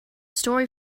story